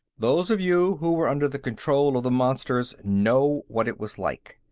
those of you who were under the control of the monsters know what it was like.